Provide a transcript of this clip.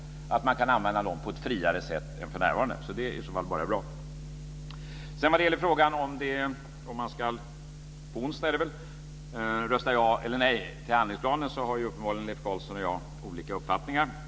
Det är bra om man kan använda dem på ett friare sätt än för närvarande. Det är i så fall bara bra. Vad gäller frågan om man ska rösta ja eller nej till handlingsplanen, på onsdag är det väl, har uppenbarligen Leif Carlson och jag olika uppfattningar.